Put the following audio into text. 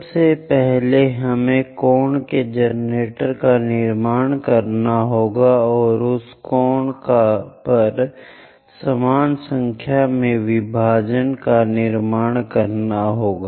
सबसे पहले हमें कोण के जनरेटर का निर्माण करना होगा और उस कोण पर समान संख्या में विभाजनों का निर्माण करना होगा